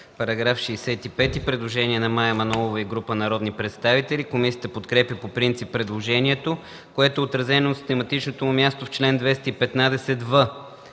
на народния представител Мая Манолова и група народни представители. Комисията подкрепя по принцип предложението, което е отразено на систематичното му място в чл. 215е.